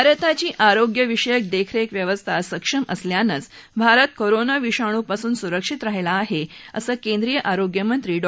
भारताची आरोग्यविषयक देखरेख व्यवस्था सक्षम असल्यानंच भारत कोरोना विषाणूपासून सुरक्षित राहिला आहे असं केंद्रीय आरोग्यमंत्री डॉ